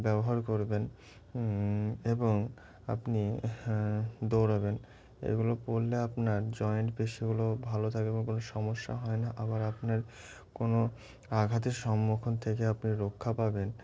ব্যবহার করবেন হুম এবং আপনি দৌড়াবেন এগুলো পরলে আপনার জয়েন্ট পেশিগুলো ভালো থাকবে বা কোনো সমস্যা হয় না আবার আপনার কোনো আঘাতের সম্মুখীন থেকে আপনি রক্ষা পাবেন